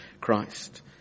Christ